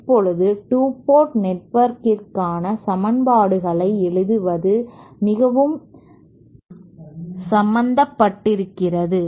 இப்போது 2 போர்ட் நெட்வொர்க்கிற்கான சமன்பாடுகளை எழுதுவது மிகவும் சம்பந்தப்பட்டிருக்கிறது